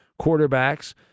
quarterbacks